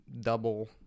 double